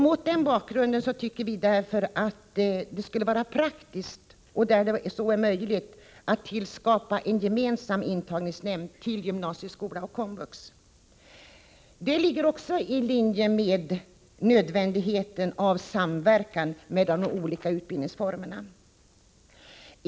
Mot den bakgrunden tycker vi att det skulle vara praktiskt att där så är möjligt tillskapa en gemensam intagningsnämnd för gymnasieskola och komvux. Det ligger också i linje med nödvändigheten av samverkan mellan de olika utbildningsformerna.